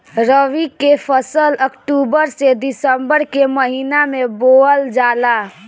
रबी के फसल अक्टूबर से दिसंबर के महिना में बोअल जाला